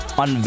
on